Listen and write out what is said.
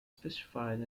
specified